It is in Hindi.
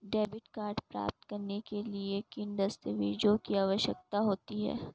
डेबिट कार्ड प्राप्त करने के लिए किन दस्तावेज़ों की आवश्यकता होती है?